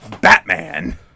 Batman